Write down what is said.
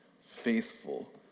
faithful